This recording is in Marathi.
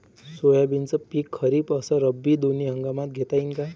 सोयाबीनचं पिक खरीप अस रब्बी दोनी हंगामात घेता येईन का?